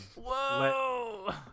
Whoa